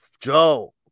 Joe